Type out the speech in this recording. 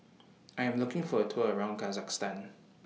I Am looking For A Tour around Kazakhstan